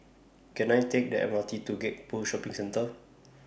Can I Take The M R T to Gek Poh Shopping Centre